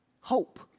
Hope